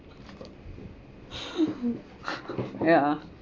yeah